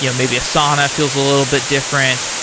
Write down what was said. yeah maybe asana feels a little bit different.